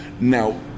Now